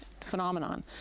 phenomenon